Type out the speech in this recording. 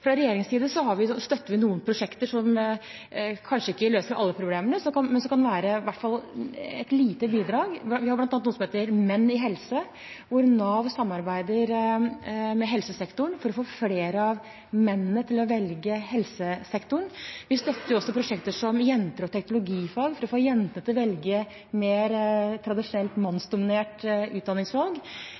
støtter vi noen prosjekter som kanskje ikke løser alle problemene, men som i hvert fall kan være et lite bidrag. Vi har bl.a. noe som heter Menn i helse, hvor Nav samarbeider med helsesektoren for å få flere av mennene til å velge helsesektoren. Vi støtter også prosjekter som Jenter og teknologi, for å få jentene til å gjøre mer tradisjonelt mannsdominerte utdanningsvalg,